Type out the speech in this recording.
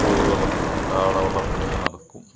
കോഴി വളർത്തലും കാട വളർത്തലൊക്കെ നടക്കും